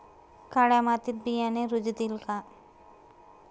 काळ्या मातीत बियाणे रुजतील का?